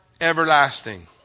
everlasting